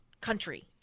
country